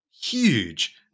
huge